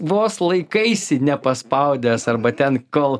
vos laikaisi nepaspaudęs arba ten kol